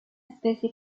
especie